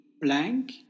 blank